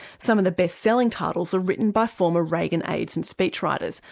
some of the bestselling titles are written by former reagan aids and speechwriters,